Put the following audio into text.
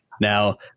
Now